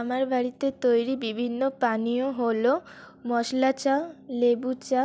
আমার বাড়িতে তৈরি বিভিন্ন পানীয় হলো মসলা চা লেবু চা